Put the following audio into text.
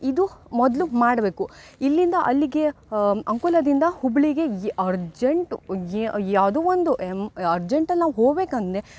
ಇದು ಮೊದ್ಲು ಮಾಡಬೇಕು ಇಲ್ಲಿಂದ ಅಲ್ಲಿಗೆ ಅಂಕೋಲದಿಂದ ಹುಬ್ಬಳ್ಳಿಗೆ ಏ ಅರ್ಜೆಂಟು ಏ ಯಾವುದು ಒಂದು ಅರ್ಜೆಂಟಲ್ಲಿ ನಾವು ಹೋಗ್ಬೇಕು ಅಂದ್ರೆ